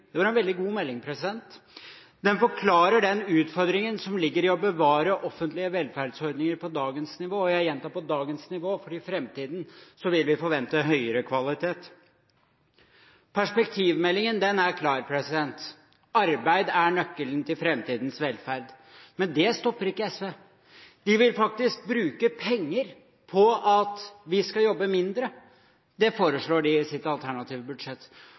SV var en del av, fram en perspektivmelding – en veldig god melding. Den forklarer den utfordringen som ligger i å bevare offentlige velferdsordninger på dagens nivå – jeg gjentar, på dagens nivå – fordi vi i framtiden vil forvente høyere kvalitet. Perspektivmeldingen er klar: Arbeid er nøkkelen til framtidens velferd. Men det stopper ikke SV. De vil faktisk bruke penger på at vi skal jobbe mindre – det foreslår de i sitt alternative budsjett.